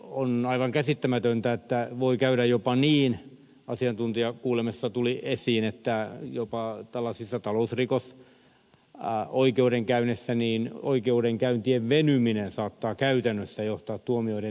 on aivan käsittämätöntä että voi käydä jopa niin asiantuntijakuulemisessa tuli esiin että jopa tällaisissa talousrikosoikeudenkäynneissä oikeudenkäyntien venyminen saattaa käytännössä johtaa tuomioiden lieventymiseen